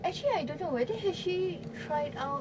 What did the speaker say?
actually I don't know whether has she tried out